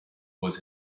was